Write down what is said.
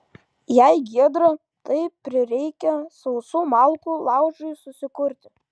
jei giedra tai prireikia sausų malkų laužui susikurti